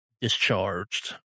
discharged